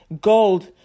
gold